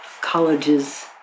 colleges